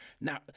Now